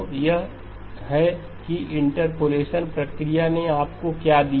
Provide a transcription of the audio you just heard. तो यह है कि इंटरपोलेशन प्रक्रिया ने आपको क्या दिया